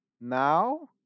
now